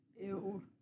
Ew